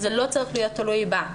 זה לא צריך להיות תלוי בה,